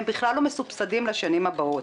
הם בכלל לא מסובסדים לשנים הבאות.